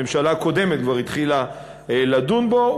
הממשלה קודמת כבר התחילה לדון בו,